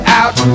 out